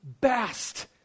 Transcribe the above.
best